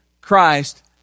Christ